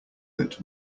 that